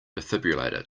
defibrillator